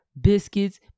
biscuits